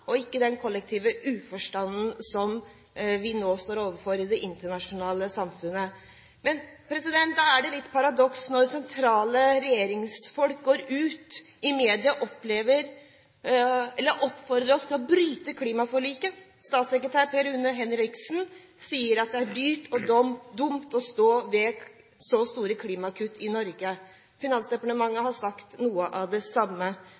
og ikke den kollektive uforstanden som vi nå står overfor i det internasjonale samfunnet. Da er det et paradoks at sentrale regjeringsfolk går ut i media og oppfordrer oss til å bryte klimaforliket. Statssekretær Per Rune Henriksen sier at det er dyrt og dumt å stå ved så store klimakutt i Norge. Finansdepartementet har sagt noe av det samme.